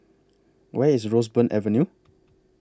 Where IS Roseburn Avenue